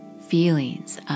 feelings